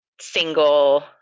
single